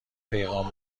پیغام